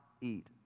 eat